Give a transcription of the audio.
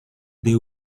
they